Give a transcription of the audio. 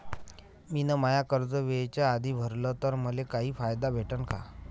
मिन माय कर्ज वेळेच्या आधी भरल तर मले काही फायदा भेटन का?